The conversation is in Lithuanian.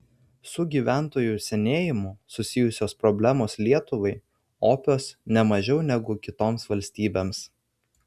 su gyventojų senėjimu susijusios problemos lietuvai opios ne mažiau negu kitoms valstybėms